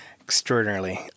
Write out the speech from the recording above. extraordinarily